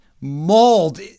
mauled